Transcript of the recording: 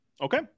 Okay